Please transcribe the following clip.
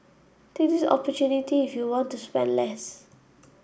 this is opportunity if you want to spend less